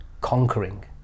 conquering